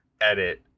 edit